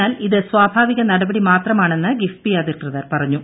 എന്നാൽ ഇത് സ്വാഭാവിക നടപടി മാത്രമാണെന്ന് ക്കിഫ്ബി അധികൃതർ പറഞ്ഞു